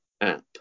app